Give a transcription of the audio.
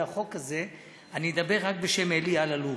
החוק הזה אני אדבר רק בשם אלי אלאלוף,